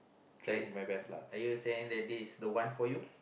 say are you saying that this is the one for you